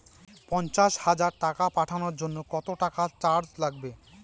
পণ্চাশ হাজার টাকা পাঠানোর জন্য কত টাকা চার্জ লাগবে?